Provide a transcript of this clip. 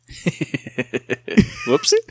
Whoopsie